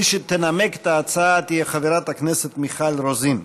מי שתנמק את ההצעה תהיה חברת הכנסת מיכל רוזין.